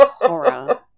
horror